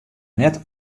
net